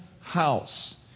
house